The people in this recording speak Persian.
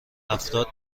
افراد